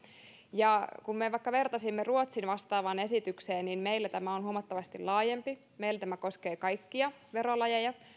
ja kun me vertasimme vaikka ruotsin vastaavaan esitykseen niin meillä tämä on huomattavasti laajempi meillä tämä koskee kaikkia verolajeja